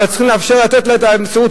אבל צריכים לאפשר לתת את המסירות,